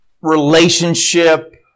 relationship